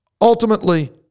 ultimately